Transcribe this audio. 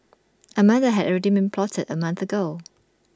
A murder had already been plotted A month ago